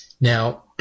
Now